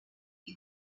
die